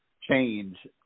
change